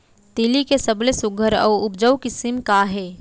तिलि के सबले सुघ्घर अऊ उपजाऊ किसिम का हे?